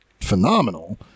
phenomenal